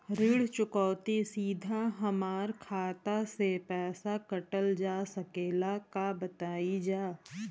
ऋण चुकौती सीधा हमार खाता से पैसा कटल जा सकेला का बताई जा?